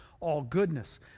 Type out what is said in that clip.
all-goodness